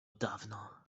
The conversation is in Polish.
dawno